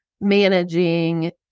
managing